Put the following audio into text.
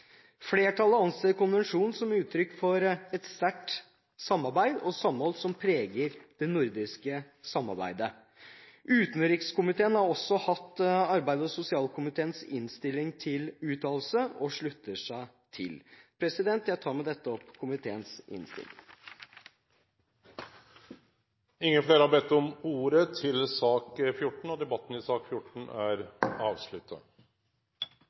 Flertallet anser konvensjonen som uttrykk for et sterkt samhold som preget det nordiske samarbeidet. Utenrikskomiteen har også hatt arbeids- og sosialkomiteens innstilling til uttalelse, og slutter seg til denne. Jeg anbefaler med dette komiteens innstilling. Fleire har ikkje bedt om ordet til sak nr. 14. Etter ønske frå arbeids- og sosialkomiteen vil presidenten føreslå at debatten